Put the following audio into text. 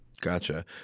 Gotcha